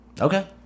Okay